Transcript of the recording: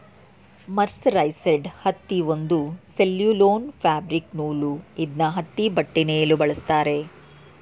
mercerised ಹತ್ತಿ ಒಂದು cellulose fabric ನೂಲು ಇದ್ನ ಹತ್ತಿಬಟ್ಟೆ ನೇಯಲು ಬಳಸ್ತಾರೆ